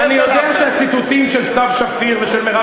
אני יודע שהציטוטים של סתיו שפיר ושל מרב